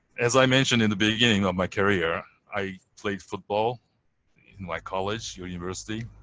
as i mentioned in the beginning of my career, i played football in my college, your university.